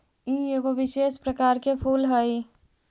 ई एगो विशेष प्रकार के फूल हई